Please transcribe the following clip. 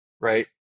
right